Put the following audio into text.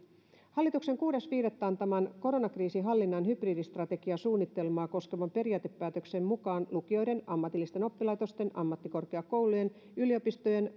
hallituksen kuudes viidettä antaman koronakriisin hallinnan hybridistrategiasuunnitelmaa koskevan periaatepäätöksen mukaan lukioiden ammatillisten oppilaitosten ammattikorkeakoulujen yliopistojen